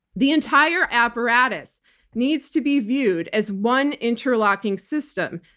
the entire apparatus needs to be viewed as one interlocking system.